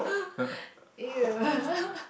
!eww!